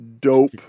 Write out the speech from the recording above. dope